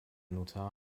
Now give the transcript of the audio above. notar